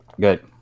good